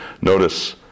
Notice